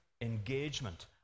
engagement